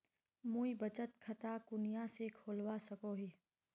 मुई बचत खता कुनियाँ से खोलवा सको ही?